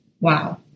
Wow